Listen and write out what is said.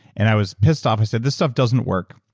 and i was pissed off. i said, this stuff doesn't work,